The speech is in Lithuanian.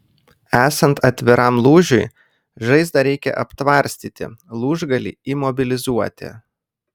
esant atviram lūžiui žaizdą reikia aptvarstyti lūžgalį imobilizuoti